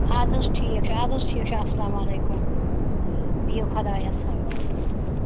اَدٕ حظ ٹھیٖک چھُ اَدٕ حظ ٹھیٖک چھُ السلامُ علیکُم بِہِو خۄدایَس حوالہٕ